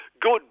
Good